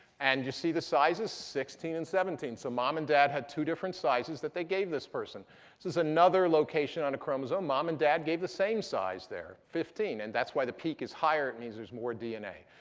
and you see the size is sixteen and seventeen, so mom and dad had two different sizes that they gave this person. so this is another location on a chromosome. mom and dad gave the same size there, fifteen. and that's why the peak is higher. it means there's more dna.